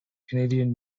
canadian